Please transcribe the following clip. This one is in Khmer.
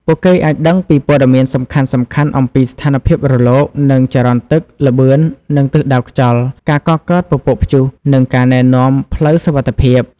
ពួកគេអាចដឹងព័ត៌មានសំខាន់ៗអំពី ស្ថានភាពរលក និងចរន្តទឹក ល្បឿន និងទិសដៅខ្យល់ ការកកើតពពកព្យុះ និងការណែនាំផ្លូវសុវត្ថិភាព។